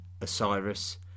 Osiris